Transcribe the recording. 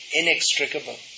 inextricable